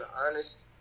honest